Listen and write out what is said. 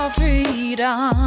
freedom